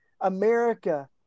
America